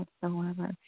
whatsoever